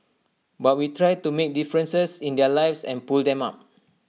but we try to make difference in their lives and pull them up